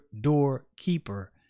doorkeeper